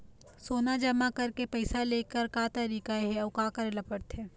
सोना जमा करके पैसा लेकर का तरीका हे अउ का करे पड़थे?